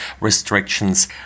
restrictions